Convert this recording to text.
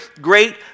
great